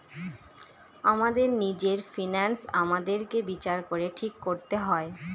আমাদের নিজের ফিন্যান্স আমাদেরকে বিচার করে ঠিক করতে হয়